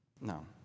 No